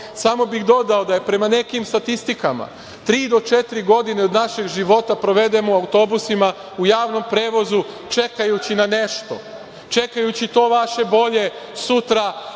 Samo bih dodao da, prema nekim statistikama, tri do četiri godine od našeg života provedemo autobusima, u javnom prevozu, čekajući na nešto, čekajući to vaše bolje sutra,